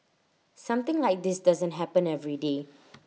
something like this doesn't happen every day